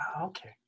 Okay